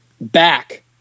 back